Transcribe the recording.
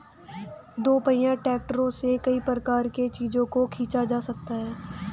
दोपहिया ट्रैक्टरों से कई प्रकार के चीजों को खींचा जा सकता है